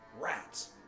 rats